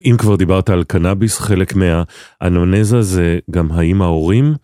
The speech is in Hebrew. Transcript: אם כבר דיברת על קנאביס חלק מהאנונזה זה גם האם ההורים?